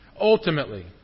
Ultimately